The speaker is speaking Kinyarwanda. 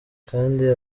kandi